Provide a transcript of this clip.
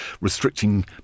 restricting